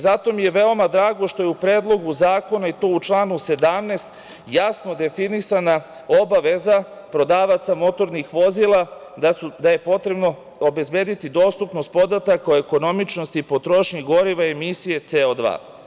Zato mi je veoma drago što je u predlogu zakona u članu 17. jasno definisana obaveza prodavaca motornih vozila da je potrebno obezbediti dostupnost podataka o ekonomičnosti i potrošnji goriva i emisije CO2.